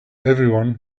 everyone